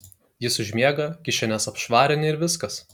jis užmiega kišenes apšvarini ir viskas